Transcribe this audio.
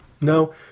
no